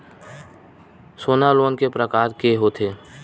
सोना लोन के प्रकार के होथे?